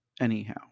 anyhow